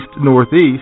northeast